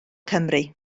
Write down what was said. cymru